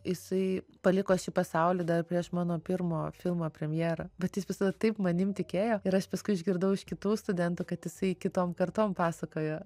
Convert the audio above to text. jisai paliko šį pasaulį dar prieš mano pirmo filmo premjera bet jis visada taip manimitikėjo ir aš paskui išgirdau iš kitų studentų kad jisai kitom kartom pasakojo